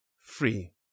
free